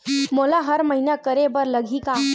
मोला हर महीना करे बर लगही का?